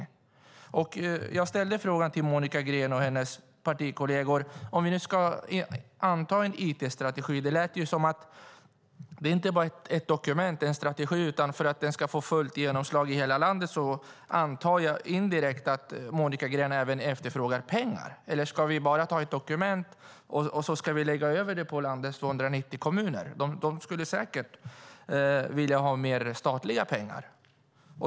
Jag ställde en fråga till Monica Green och hennes partikolleger eftersom det lät som att det inte bara är fråga om ett dokument och en strategi. Om vi nu ska anta en it-strategi antar jag att Monica Green efterfrågar även pengar för att den ska få fullt genomslag i hela landet. Eller ska vi bara ta ett dokument och lägga över detta på landets 290 kommuner? De skulle säkert vilja ha mer statliga pengar.